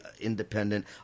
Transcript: independent